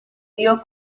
dio